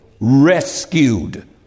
rescued